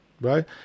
right